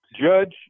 Judge